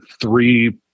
three